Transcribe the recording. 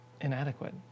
inadequate